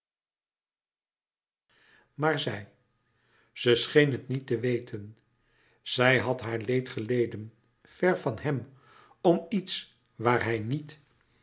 maar zij ze scheen het niet te weten zij had haar leed geleden ver van hem om iets waar hij niet